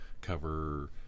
cover